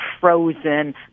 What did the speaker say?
frozen